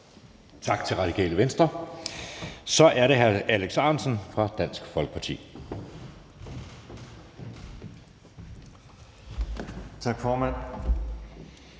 Tak til Radikale Venstre. Så er det hr. Alex Ahrendtsen fra Dansk Folkeparti. Kl.